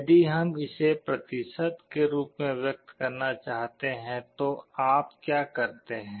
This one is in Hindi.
यदि हम इसे प्रतिशत के रूप में व्यक्त करना चाहते हैं तो आप क्या करते हैं